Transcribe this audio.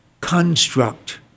construct